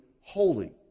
holy